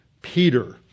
Peter